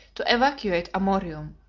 to evacuate amorium,